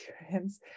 experience